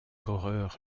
horreur